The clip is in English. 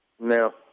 No